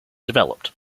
developed